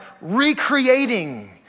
recreating